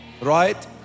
Right